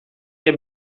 nie